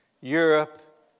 Europe